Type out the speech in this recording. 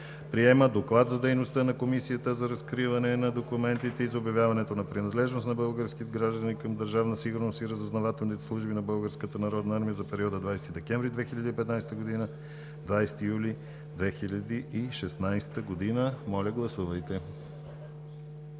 Приема Доклад за дейността на Комисията за разкриване на документите и за обявяване на принадлежност на български граждани към Държавна сигурност и разузнавателните служби на Българската народна армия за периода 20 декември 2015 г. – 20 юли 2016 г.“ Моля, гласувайте.